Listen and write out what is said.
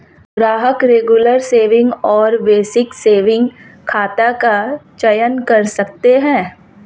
ग्राहक regular saving और basic saving खाता का चयन कर सकते है